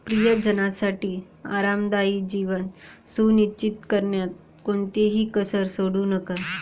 प्रियजनांसाठी आरामदायी जीवन सुनिश्चित करण्यात कोणतीही कसर सोडू नका